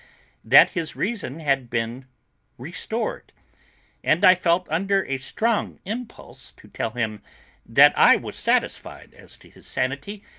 that his reason had been restored and i felt under a strong impulse to tell him that i was satisfied as to his sanity,